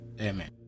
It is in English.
Amen